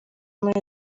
muri